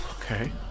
Okay